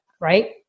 Right